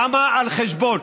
למה על חשבון?